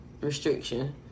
restriction